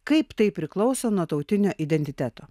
kaip tai priklauso nuo tautinio identiteto